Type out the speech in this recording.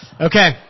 Okay